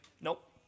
Nope